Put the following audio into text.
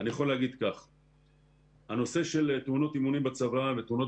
אני יכול לומר שהנושא של תאונות אימונים בצבא ותאונות